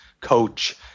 Coach